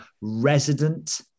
resident